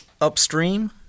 upstream